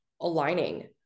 aligning